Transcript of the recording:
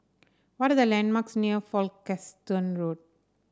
what are the landmarks near Folkestone Road